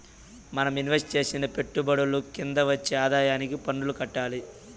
మనం ఇన్వెస్టు చేసిన పెట్టుబడుల కింద వచ్చే ఆదాయానికి పన్నులు కట్టాలి